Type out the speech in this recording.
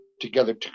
together